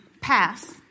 pass